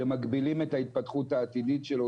שמגבילים את ההתפתחות העתידית שלו.